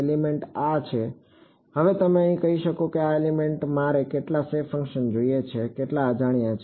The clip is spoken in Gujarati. એલિમેન્ટ આ છે હવે તમે કહી શકો કે આ એલિમેન્ટમાં મારે કેટલા શેપ ફંક્શન જોઈએ છે કેટલા અજાણ્યા છે